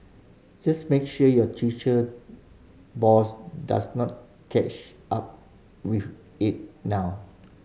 just make sure your teacher boss does not catch up with it now